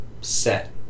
set